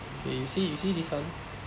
okay you see you see this one